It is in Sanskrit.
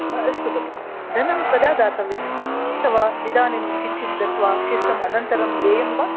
अस्तु भगिनी धनं कदा दातव्यम् अथवा इदानीं किञ्चिद् दत्त्वा शिष्टम् अनन्तरं देयं वा